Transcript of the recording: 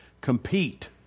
compete